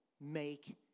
make